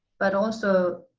but also